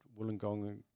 Wollongong